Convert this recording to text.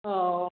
ओ